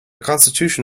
constitution